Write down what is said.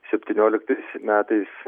septynioliktais metais